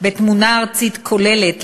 בתמונה ארצית כוללת,